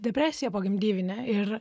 depresiją pogimdyvinę ir